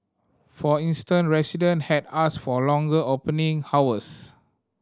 for instance resident had asked for longer opening hours